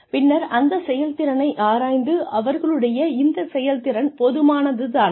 பின்னர் அந்த செயல் திறனை ஆராய்ந்து அவர்களுடைய இந்த செயல்திறன் போதுமானது தானா